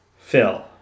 Phil